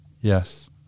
yes